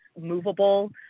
movable